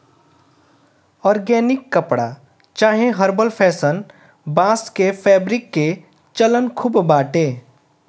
organic कपड़ा चाहे herbal fashion, बांस के फैब्रिक के चलन खूब बाटे